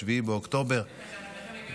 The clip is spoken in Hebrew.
הנורא ב-7 באוקטובר כפי שצריך לגנות אותו.